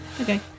Okay